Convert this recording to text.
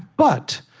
but